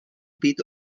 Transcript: být